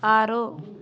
ಆರು